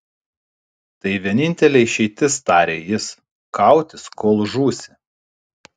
tai vienintelė išeitis tarė jis kautis kol žūsi